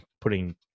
putting